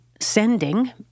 sending